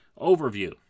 overview